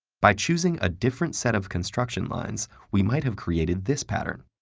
by choosing a different set of construction lines, we might have created this pattern,